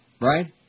right